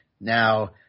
Now